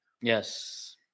Yes